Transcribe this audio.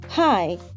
Hi